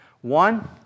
One